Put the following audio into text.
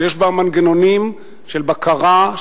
שיש בה מנגנונים של בקרה,